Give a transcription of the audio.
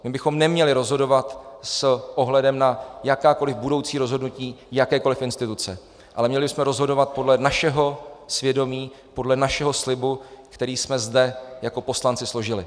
My bychom neměli rozhodovat s ohledem na jakákoliv budoucí rozhodnutí jakékoliv instituce, ale měli bychom rozhodovat podle našeho svědomí a podle našeho slibu, který jsme zde jako poslanci složili.